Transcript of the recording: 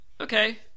okay